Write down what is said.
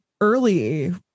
early